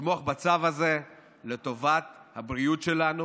לתמוך בצו הזה, לטובת הבריאות שלנו,